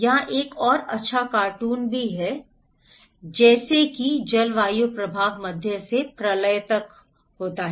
यहां एक और अच्छा कार्टून भी है जैसे कि जलवायु प्रभाव मध्यम से प्रलय तक होता है